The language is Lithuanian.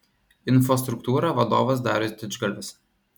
infostruktūra vadovas darius didžgalvis